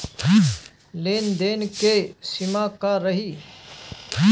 लेन देन के सिमा का रही?